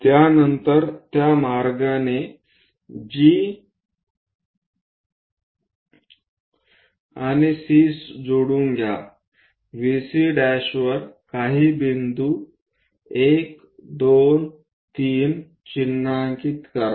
त्यानंतर त्या मार्गाने G आणि C जोडून घ्या VC' वर काही बिंदू 1 2 3 चिन्हांकित करा